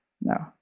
No